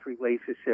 relationship